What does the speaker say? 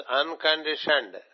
unconditioned